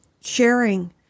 sharing